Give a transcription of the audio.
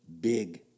big